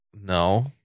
No